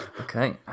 okay